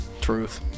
Truth